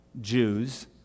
Jews